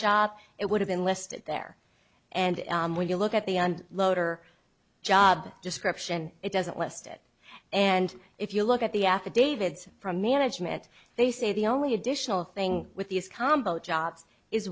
job it would have been listed there and when you look at the end loader job description it doesn't list it and if you look at the affidavits from management they say the only additional thing with these combo jobs is